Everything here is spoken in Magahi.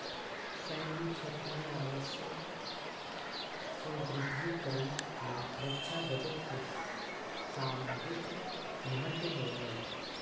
सैन्य क्षेत्र में आवश्यक सुदृढ़ीकरण ला रक्षा बजट के सामरिक महत्व होवऽ हई